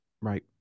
Right